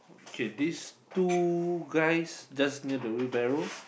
okay these two guys just near the wheelbarrow